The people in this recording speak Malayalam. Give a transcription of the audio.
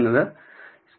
എന്നത് സ്ലോപ്പും ആണ്